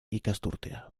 ikasturtea